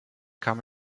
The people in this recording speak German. kam